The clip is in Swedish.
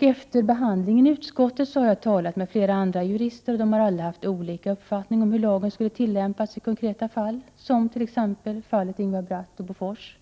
Efter behandlingen i utskottet har jag talat med flera andra jurister, och de har alla haft olika uppfattning om hur lagen skulle tillämpas i konkreta fall, som t.ex. fallet Ingvar Bratt och Bofors.